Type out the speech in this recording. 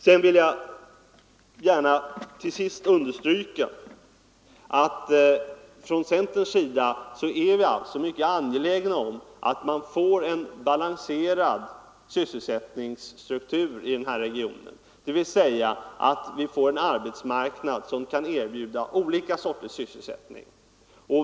Till sist vill jag understryka att vi i centerpartiet är mycket angelägna om att få en balanserad sysselsättningsstruktur i den här regionen, dvs. en arbetsmarknad som kan erbjuda olika sorters sysselsättning.